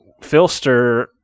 Filster